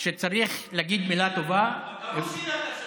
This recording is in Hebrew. תגיד מילה טובה, כשצריך להגיד מילה טובה,